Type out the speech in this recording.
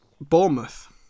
Bournemouth